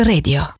Radio